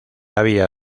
había